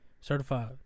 Certified